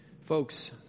Folks